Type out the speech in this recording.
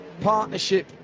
partnership